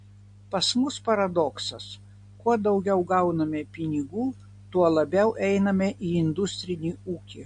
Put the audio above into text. pas mus paradoksas kad kuo daugiau gauname pinigų tuo labiau einame į industrinį ūkį